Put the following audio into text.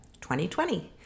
2020